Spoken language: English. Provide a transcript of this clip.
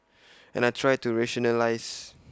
and I try to rationalise